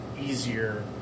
easier